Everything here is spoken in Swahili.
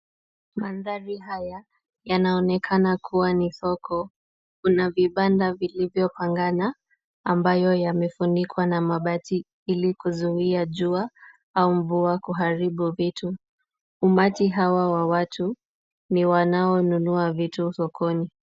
Mandhari haya yanaonekana kuwa ni soko. Kuna vibanda vilivyopangana ambayo yamefunikwa na mabati ili kuzuia jua au mvua kuharibu vitu. Umati hawa wa watu ni wanaonunua vitu sokoni.